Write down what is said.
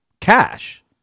cash